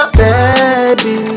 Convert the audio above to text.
baby